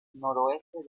noroeste